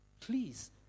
please